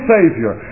Savior